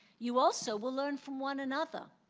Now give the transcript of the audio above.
you also will learn from one another.